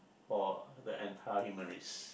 for the entire human race